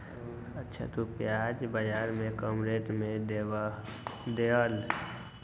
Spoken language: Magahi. अच्छा तु प्याज बाजार से कम रेट में देबअ?